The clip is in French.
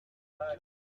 pas